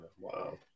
Wow